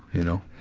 you know?